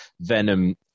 Venom